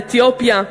אתיופיה,